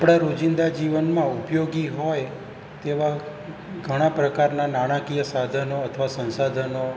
આપણાં રોજિંદા જીવનમાં ઉપયોગી હોય તેવાં ઘણા પ્રકારનાં નાણાકીય સાધનો અથવા સંસાધનો